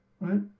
Right